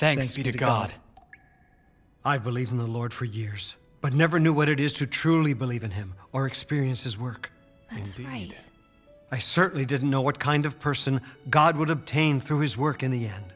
to god i believe in the lord for years but never knew what it is to truly believe in him or experiences work and i certainly didn't know what kind of person god would obtain through his work in the end